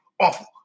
awful